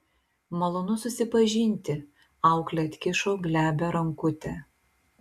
malonu susipažinti auklė atkišo glebią rankutę